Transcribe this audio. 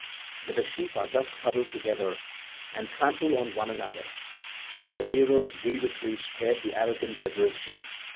but the sheep are just huddled together and trample on one another so the heroes grievously scared the arrogant bebrycians.